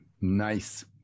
nice